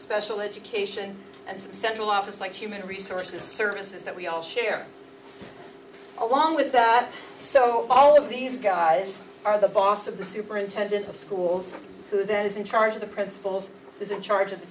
special education and central office like human resources services that we all share along with that so all of these guys are the boss of the superintendent of schools who then is in charge of the principals is in charge of the